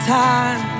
time